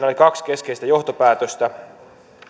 oli kaksi keskeistä johtopäätöstä